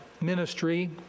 ministry